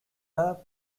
her